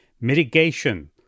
mitigation